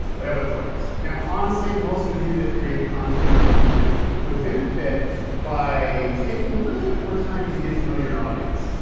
well, it works. honestly, most of you that create content on youtube would benefit by taking a little bit more time to get to know your audience,